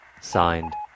Signed